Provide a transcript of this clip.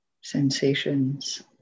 sensations